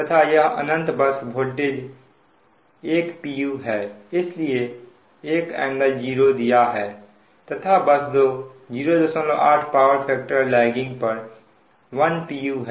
तथा यह अनंत बस वोल्टेज 1 pu है इसलिए 1∟0 दिया है तथा बस 2 08 पावर फैक्टर लैगिंग पर 1 pu है